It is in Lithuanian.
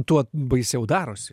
tuo baisiau darosi